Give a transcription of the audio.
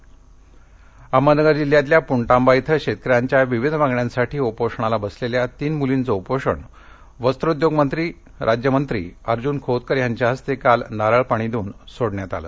उपोषणः अहमदनगर जिल्ह्यातल्या पुणतांबा इथं शेतकऱ्यांच्या विविध मागण्यांसाठी उपोषणाला बसलेल्या तीन मुलींचं उपोषण वस्त्रोद्योग राज्यमंत्री अर्जुन खोतकर यांच्या हस्ते काल नारळ पाणी देऊन सोडण्यात आलं